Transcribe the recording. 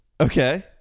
okay